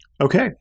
Okay